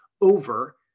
over